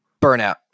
burnout